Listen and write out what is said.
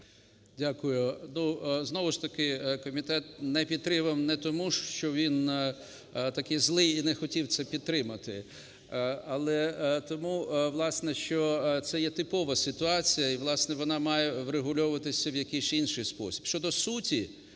Дякую. Знову ж таки комітет не підтримав не тому, що він такий злий і не хотів це підтримати, але тому, власне, що це є типова ситуація і, власне, вона має врегульовуватися в якийсь інший спосіб.